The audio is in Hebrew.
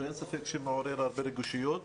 ואין ספק שמעורר הרבה רגישויות.